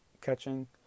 catching